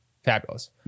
Fabulous